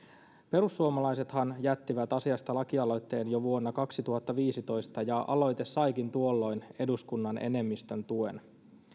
perussuomalaisethan jättivät asiasta lakialoitteen jo vuonna kaksituhattaviisitoista ja aloite saikin tuolloin eduskunnan enemmistön tuen